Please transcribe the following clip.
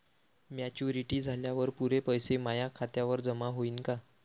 Maturity झाल्यावर पुरे पैसे माया खात्यावर जमा होईन का?